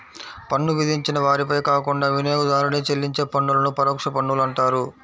పన్ను విధించిన వారిపై కాకుండా వినియోగదారుడే చెల్లించే పన్నులను పరోక్ష పన్నులు అంటారు